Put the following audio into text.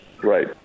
Right